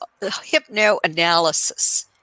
hypnoanalysis